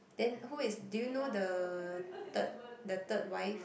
then who is do you know the third the third wife